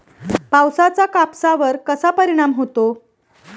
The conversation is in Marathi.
पावसाचा कापसावर कसा परिणाम होतो?